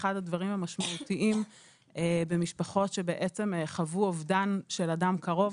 אחד הדברים המשמעותיים במשפחות שחוו אובדן של אדם קרוב